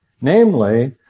namely